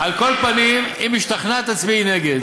על כל פנים, אם השתכנעת, תצביעי נגד.